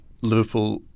Liverpool